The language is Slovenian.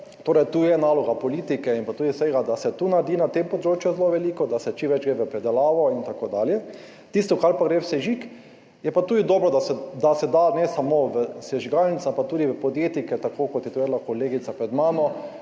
Tu je naloga politike in tudi vsega, da se naredi na tem področju zelo veliko, da se čim bolj gre v predelavo in tako dalje, tisto, kar gre v sežig, je pa tudi dobro, da se da ne samo v sežigalnico, ampak tudi v podjetjih, ker tako kot je povedala kolegica pred mano,